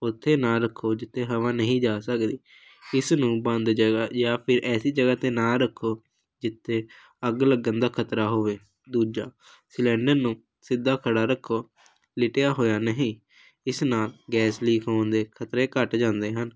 ਉੱਥੇ ਨਾ ਰੱਖੋ ਜਿੱਥੇ ਹਵਾ ਨਹੀਂ ਜਾ ਸਕਦੀ ਇਸ ਨੂੰ ਬੰਦ ਜਗ੍ਹਾ ਜਾਂ ਫਿਰ ਐਸੀ ਜਗ੍ਹਾ 'ਤੇ ਨਾ ਰੱਖੋ ਜਿੱਥੇ ਅੱਗ ਲੱਗਣ ਦਾ ਖ਼ਤਰਾ ਹੋਵੇ ਦੂਜਾ ਸਿਲੰਡਰ ਨੂੰ ਸਿੱਧਾ ਖੜਾ ਰੱਖੋ ਲਿਟਿਆ ਹੋਇਆ ਨਹੀਂ ਇਸ ਨਾਲ ਗੈਸ ਲੀਕ ਹੋਣ ਦੇ ਖ਼ਤਰੇ ਘੱਟ ਜਾਂਦੇ ਹਨ